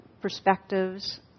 perspectives